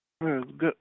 Good